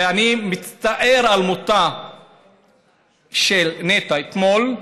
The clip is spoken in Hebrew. אני מצטער על מותה של נטע אתמול,